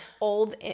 old